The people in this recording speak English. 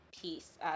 Peace